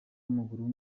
w’amaguru